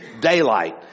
daylight